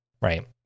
right